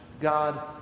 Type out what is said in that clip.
God